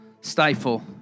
stifle